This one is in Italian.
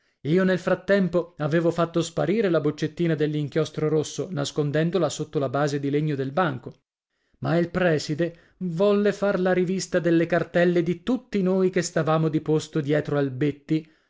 io nel frattempo avevo fatto sparire la boccettina dell'inchiostro rosso nascondendola sotto la base di legno del banco ma il prèside volle far la rivista delle cartelle di tutti noi che stavamo di posto dietro al betti